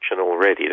already